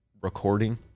recording